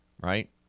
right